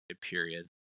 period